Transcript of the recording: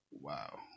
wow